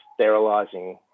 sterilizing